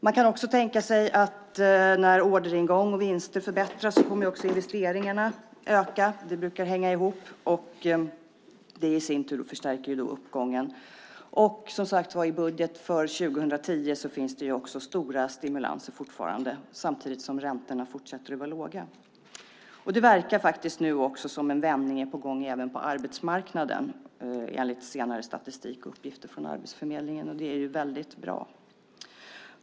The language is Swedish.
Man kan också tänka sig att när orderingång och vinster ökar kommer också investeringarna att öka - det brukar hänga ihop - och det i sin tur förstärker uppgången. Som sagt var finns det i budgeten för 2010 fortfarande stora stimulanser, samtidigt som räntorna fortsätter att vara låga. Det verkar nu som att en vändning är på gång även på arbetsmarknaden, enligt senare statistikuppgifter från Arbetsförmedlingen, och det är väldigt bra.